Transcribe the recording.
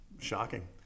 shocking